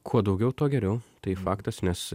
kuo daugiau tuo geriau tai faktas nes